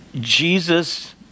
Jesus